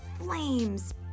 flames